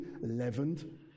leavened